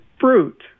fruit